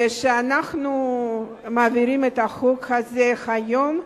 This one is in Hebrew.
ואנחנו מעבירים את החוק הזה היום.